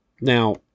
Now